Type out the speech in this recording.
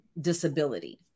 disability